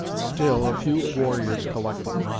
still a few warriors collected,